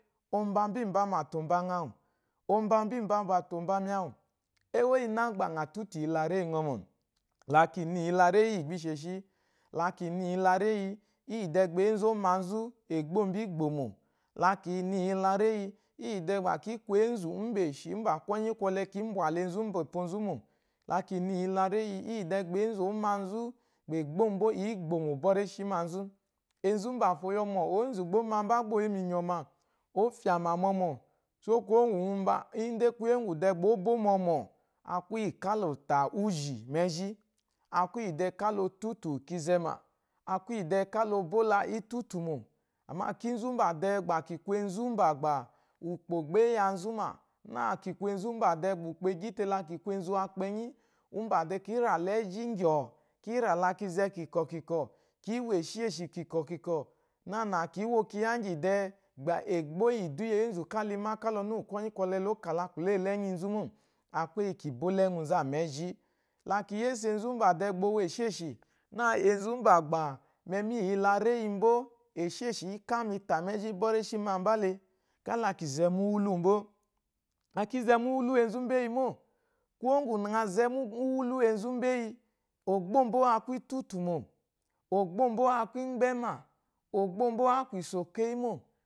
Ɔ mba mbá imbamà tà ɔ̀ mba ŋa àwù, ɔ mba mbá imbamà tà ɔ̀ mba mi àwù. Éwó íyiná gbà ŋà tútù iyilaréyi ŋɔ mô? La kì na iyilaréyi íyì gbà i shèshi, la kì na iyilaréyi íyì dɛɛ gbà énzù ɔ́ má nzú ègboó mbó í gbòmò, la kì na iyilaréyi íyì dɛɛ gba kǐ kwu enzu úmbèshì úmbà kwɔlɛ kǐ mbwà la enzu úmbà òpo nzú ò, la kì na iyilaréi íyì dɛɛ gbà énzù ó ma nzú, gbà ègbóo mbó ǐ gbòmò bɔ́ réshí manzú. Enzu úmbàfo o yiɔmɔ̀, ǒnzù ěnzù gbá ò yi mìnyɔ̀mà, oó fyàmà mɔmɔ̀, só kwuwó ŋgwù umba, ń dé kwúyè úŋgwù dɛɛ gbá ó bó mɔmɔ̀ a kwu íyì ká la ɔ̀ tà úzhì mɛ́zhí, a kwu íyì dɛɛ ká la o tútù kizɛ mà. a kwu íyì dɛɛ ká la o bó la ítútùmò ama kínzú bà dɛɛ bà kì kwu enzu úmbà gbà ùkpò gbà é ya nzú mà, nâ kì kwu enzu úmbà dɛɛ gbà ùkpò e gyí te la kì kwu enzu wakpɛnyí, úmbà dɛɛ kí rà la ɛ́zhí ŋgyɔ̀ɔ̀, kí rà la kinzɛ kìkɔ̀ kìkɔ̀, kií wo èshêshì kìkɔ̀ kìkɔ̀, nânà kǐ wo kyiya íŋgyì dɛɛ gbà ègbó íyì ìdù íyì eénzu ka la i má kála ɔnu úwù kwɔ́nyí kwɔlɛ la ɔ́ kà la kwùléyi la ɛ́nyíi nzú mô, akwu íyì kì bó la ɛ́ŋwúu nzú à mu ɛ́zhí. La ki yése enzu úmbà dɛɛ gbà o wo èshêshì, nâ enzu úmbà gbà mɛmi íyì iyilaréyi mbó, èshêshì í kámà i ta mɛ́zhí bɔ́ réshí mambá le, kála kì zɛ mu úwúlúu mbó. La kí zɛ mu úwúlú úwù enzu úmbéyi mô. Kwuwó ŋgwù ŋa zɛ mu úwúlú úwù enzu úmbéyi ògbóo mbó a kwu ítútùmò, ògbóo mbó a kwu ímgbɛ́mà, ògbóo mbó á kwu ìsòkeyí mô